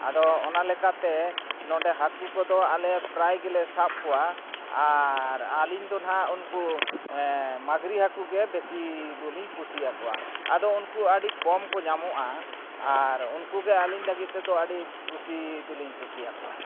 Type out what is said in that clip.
ᱟᱫᱚ ᱚᱱᱟ ᱞᱮᱠᱟᱛᱮ ᱱᱚᱸᱰᱮ ᱦᱟᱹᱠᱩ ᱠᱚᱫᱚ ᱟᱞᱮ ᱯᱨᱟᱭ ᱜᱮᱞᱮ ᱥᱟᱵ ᱠᱚᱣᱟ ᱟᱨ ᱟᱹᱞᱤᱧ ᱫᱚ ᱱᱟᱦᱟᱜ ᱩᱱᱠᱩ ᱢᱟᱺᱜᱽᱨᱤ ᱦᱟᱹᱠᱩᱜᱮ ᱵᱮᱥᱤ ᱫᱚᱞᱤᱧ ᱠᱩᱥᱤ ᱟᱠᱚᱣᱟ ᱟᱫᱚ ᱩᱱᱠᱩ ᱟᱹᱰᱤ ᱠᱚᱢ ᱠᱚ ᱧᱟᱢᱚᱜᱼᱟ ᱟᱨ ᱩᱱᱠᱩ ᱜᱮ ᱟᱹᱞᱤᱧ ᱞᱟᱹᱜᱤᱫ ᱛᱮᱫᱚ ᱟᱹᱰᱤ ᱠᱩᱥᱤ ᱫᱚᱞᱤᱧ ᱠᱩᱥᱤ ᱟᱠᱚᱣᱟ